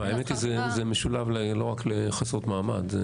האמת היא שזה משולב לא רק לחסרות מעמד.